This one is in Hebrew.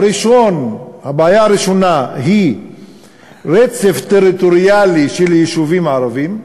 הבעיה הראשונה היא רצף טריטוריאלי של יישובים ערביים,